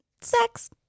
Sex